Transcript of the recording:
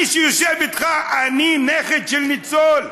אני שיושב איתך, אני נכד של ניצול.